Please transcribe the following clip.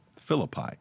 Philippi